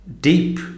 deep